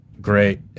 great